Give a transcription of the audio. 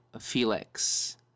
Felix